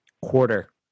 quarter